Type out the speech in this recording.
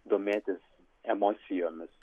domėtis emocijomis